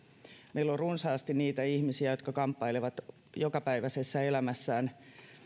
meillä on runsaasti niitä ihmisiä jotka kamppailevat jokapäiväisessä elämässään